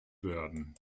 werden